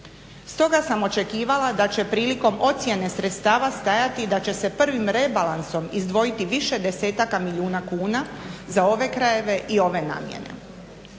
Stoga sam očekivala da će prilikom ocjene sredstava stajati da će se prvim rebalansom izdvojiti više desetaka milijuna kuna za ove krajeve i ove namjene,